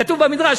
כתוב במדרש,